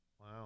Wow